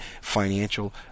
financial